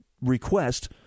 request